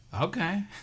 okay